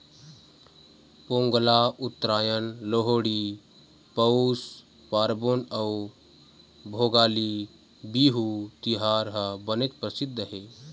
पोंगल, उत्तरायन, लोहड़ी, पउस पारबोन अउ भोगाली बिहू तिहार ह बनेच परसिद्ध हे